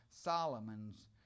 Solomon's